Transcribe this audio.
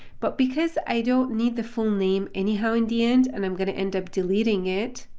but because i don't need the full name anyhow in the end and i'm going to end up deleting it,